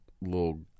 little